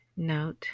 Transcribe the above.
note